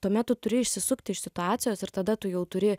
tuomet tu turi išsisukti iš situacijos ir tada tu jau turi